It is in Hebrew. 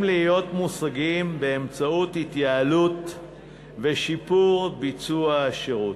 להיות מושגים באמצעות התייעלות ושיפור השירות,